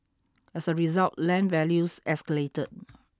as a result land values escalated